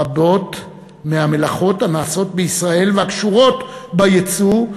רבות מהמלאכות הנעשות בישראל והקשורות בייצוא,